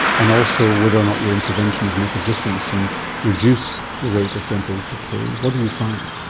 and also whether or not your interventions make a difference and reduce the rate of dental decay, what do you find?